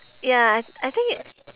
ya I I think it